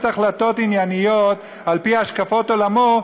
החלטות ענייניות על-פי השקפות עולמו,